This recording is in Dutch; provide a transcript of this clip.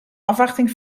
afwachting